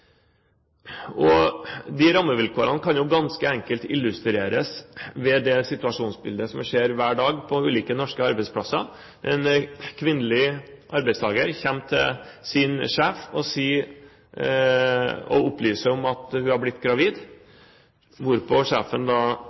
ønsker. De rammevilkårene kan ganske enkelt illustreres ved det situasjonsbildet vi ser hver dag på ulike norske arbeidsplasser: En kvinnelig arbeidstaker kommer til sin sjef og opplyser om at hun er gravid, hvorpå sjefen